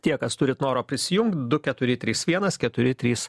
tie kas turit noro prisijungt du keturi trys vienas keturi trys